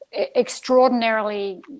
extraordinarily